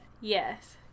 Yes